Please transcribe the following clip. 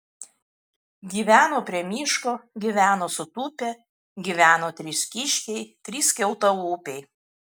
gyveno prie miško gyveno sutūpę gyveno trys kiškiai trys skeltalūpiai